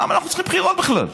למה אנחנו צריכים בחירות בכלל?